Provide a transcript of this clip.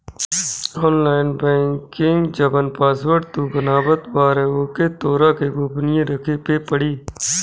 online banking जवन password तू बनावत बारअ ओके तोहरा के गोपनीय रखे पे पड़ी